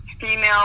female